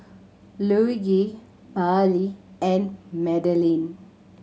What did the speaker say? Luigi Pallie and Madeleine